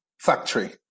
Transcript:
factory